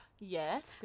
yes